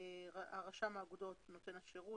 רשם האגודות נותן השירות.